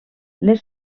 les